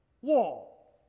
wall